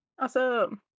Awesome